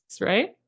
right